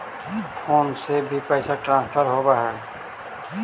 Phone से भी पैसा ट्रांसफर होवहै?